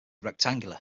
rectangular